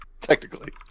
Technically